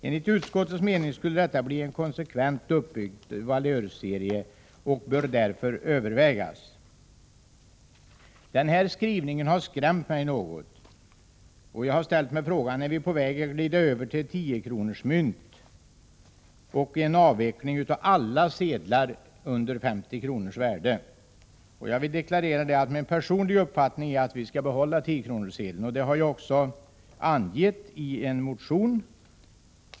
Enligt utskottets mening skulle detta bli en konsekvent uppbyggd valörserie och bör därför övervägas.” Denna skrivning har skrämt mig något. Jag har ställt mig frågan: Är vi på väg att glida över till 10-kronorsmynt och en avveckling av alla sedlar under 50 kronors värde? Min personliga uppfattning är att vi skall behålla 10-kronorssedeln. Det har jag även framhållit i en motion.